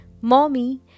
Mommy